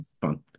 Fun